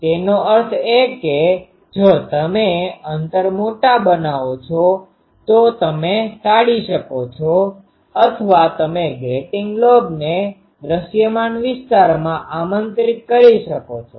તેનો અર્થ એ કે જો તમે અંતર મોટા બનાવો છો તો તમે ટાળી શકો છો અથવા તમે ગ્રેટીંગ લોબ્સને દૃશ્યમાન વિસ્તારમાં આમંત્રિત કરી શકો છો